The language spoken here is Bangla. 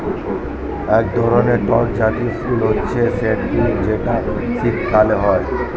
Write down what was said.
এক ধরনের টক জাতীয় ফল হচ্ছে স্ট্রবেরি যেটা শীতকালে হয়